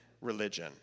religion